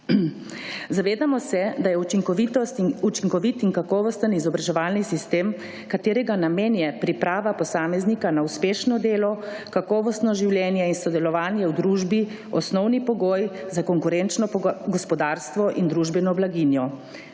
Zavedamo se, da je učinkovit in kakovosten izobraževalni sistem, katerega name je priprava posameznika na uspešno delo, kakovostno življenje in sodelovanje v družbi osnovni pogoj za konkurenčno gospodarstvo in družbeno blaginjo.